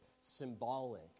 symbolic